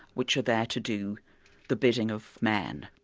which are there to do the bidding of man.